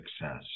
success